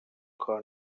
کار